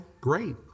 great